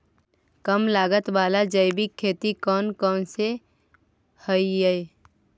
कम लागत वाला जैविक खेती कौन कौन से हईय्य?